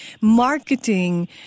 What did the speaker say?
marketing